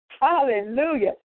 hallelujah